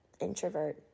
introvert